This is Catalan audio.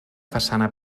façana